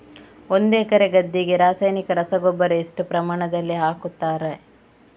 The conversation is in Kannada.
ಒಂದು ಎಕರೆ ಗದ್ದೆಗೆ ರಾಸಾಯನಿಕ ರಸಗೊಬ್ಬರ ಎಷ್ಟು ಪ್ರಮಾಣದಲ್ಲಿ ಹಾಕುತ್ತಾರೆ?